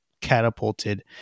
catapulted